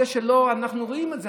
אנחנו רואים את זה,